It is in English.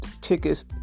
tickets